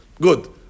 good